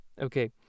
Okay